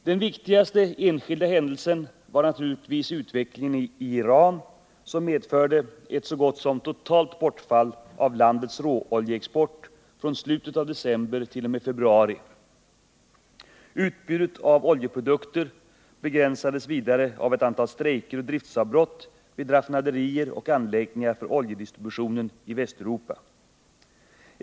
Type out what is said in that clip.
Den viktigaste enskilda händelsen var naturligtvis utvecklingen i Iran som medförde ett så gott som totalt bortfall av landets råoljeexport från slutet av december t.o.m. februari. Utbudet av oljeprodukter begränsades vidare av ett antal strejker och driftavbrott vid raffinaderier och anläggningar för oljedistribution i Västeuropa.